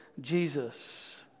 Jesus